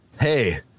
hey